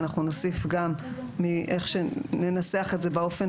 ואנחנו נוסיף גם כשננסח את זה באופן